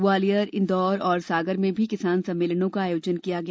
ग्वालियर इंदौर और सागर में भी किसान सम्मेलनों का आयोजन किया गया